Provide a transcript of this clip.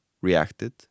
reacted